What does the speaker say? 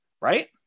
right